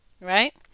Right